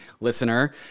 listener